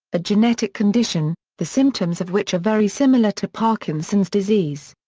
a genetic condition, the symptoms of which are very similar to parkinson's disease.